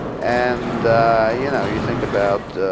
and you know you think about